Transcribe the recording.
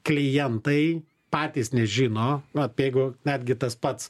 klientai patys nežino vat jeigu netgi tas pats